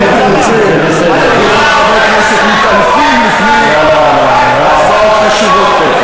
חברי כנסת מתעלפים לפני הצבעות חשובות.